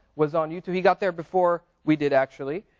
was on youtube, he got there before we did actually,